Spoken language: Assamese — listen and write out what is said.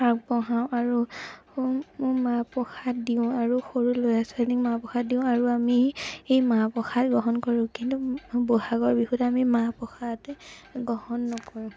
আগবঢ়াওঁ আৰু ও মাহ প্ৰসাদ দিওঁ আৰু সৰু ল'ৰা ছোৱালীক মাহ প্ৰসাদ দিওঁ আৰু আমি সেই মাহ প্ৰসাদ গ্ৰহণ কৰোঁ কিন্তু ব'হাগৰ বিহুত আমি মাহ প্ৰসাদ গ্ৰহণ নকৰোঁ